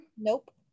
nope